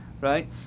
right